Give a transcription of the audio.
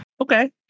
okay